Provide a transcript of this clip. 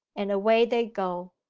and away they go.